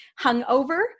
hungover